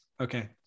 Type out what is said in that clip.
Okay